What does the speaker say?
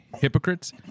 hypocrites